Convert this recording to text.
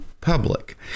public